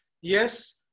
yes